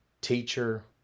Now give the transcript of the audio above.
teacher